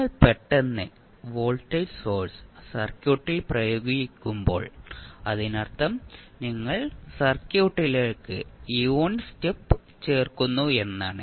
നിങ്ങൾ പെട്ടെന്ന് voltage source സർക്യൂട്ടിൽ പ്രയോഗിക്കുമ്പോൾ അതിനർത്ഥം നിങ്ങൾ സർക്യൂട്ടിലേക്ക് യൂണിറ്റ് സ്റ്റെപ്പ് ചേർക്കുന്നു എന്നാണ്